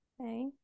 okay